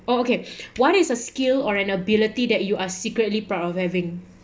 oh okay what is a skill or an ability that you are secretly proud of having